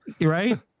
Right